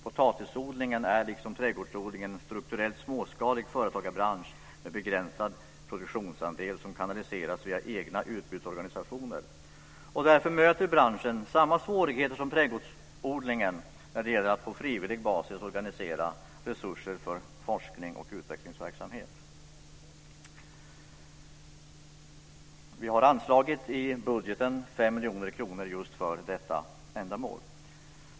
Potatisodlingen är liksom trädgårdsodlingen en strukturellt småskalig företagarbransch med en begränsad produktionsandel som kanaliseras via egna utbudsorganisationer. Därför möter branschen samma svårigheter som trädgårdsodlingen när det gäller att på frivillig bas organisera resurser för forsknings och utvecklingsverksamhet. Vi har anslagit 5 miljoner i budgeten just för detta ändamål.